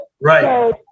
Right